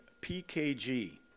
PKG